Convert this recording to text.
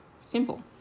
Simple